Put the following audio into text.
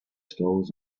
stalls